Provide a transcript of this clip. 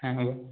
হ্যাঁ হ্যালো